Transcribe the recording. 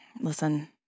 Listen